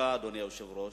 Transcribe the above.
המנהג שבא מאז מדי שנה בשנה,